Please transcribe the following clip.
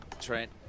Trent